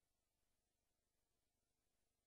חבר הכנסת אריאל מרגלית.